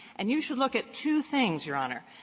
and you should look at two things, your honor.